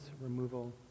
removal